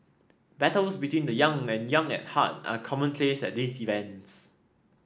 battles between the young and young at heart are commonplace at these events